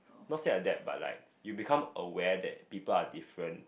not say adapt but like you become aware that people are different